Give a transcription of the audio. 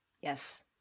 Yes